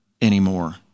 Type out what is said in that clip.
anymore